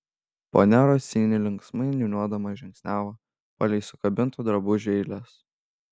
ponia rosini linksmai niūniuodama žingsniavo palei sukabintų drabužių eiles